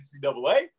NCAA